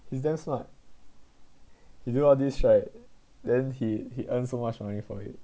he's damn smart you do all this right then he he earn so much money for it